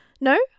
no